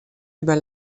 über